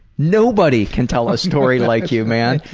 nobody can tell a story like you, man.